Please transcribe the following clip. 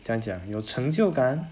这么样讲有成就感